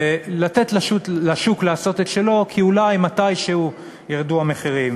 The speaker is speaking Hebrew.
לתת לשוק לעשות את שלו כי אולי מתישהו ירדו המחירים.